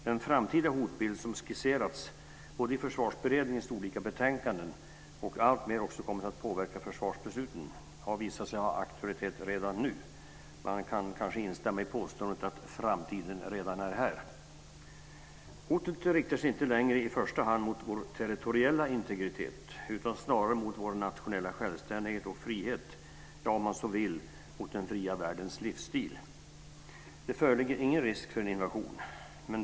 Den framtida hotbild som skisserats både i försvarsberedningens olika betänkanden och som alltmer också kommit att påverka försvarsbesluten har visat sig ha aktualitet redan nu. Man kan kanske instämma i påståendet att framtiden redan är här. Hotet riktar sig inte längre i första hand mot vår territoriella integritet utan snarare mot vår nationella självständighet och frihet - ja, om man så vill, mot den fria världens livsstil. Det föreligger ingen risk för en invasion.